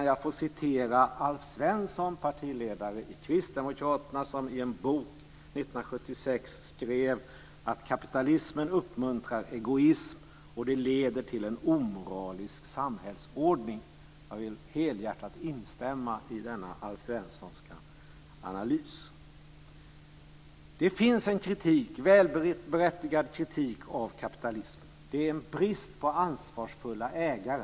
Jag citerar Alf Svensson, partiledare i Kristdemokraterna, som i en bok 1976 skrev att kapitalismen uppmuntrar egoism, och det leder till en omoralisk samhällsordning. Jag vill helhjärtat instämma i denna Alfsvenssonska analys. Det finns en välberättigad kritik av kapitalismen. Det är en brist på ansvarsfulla ägare.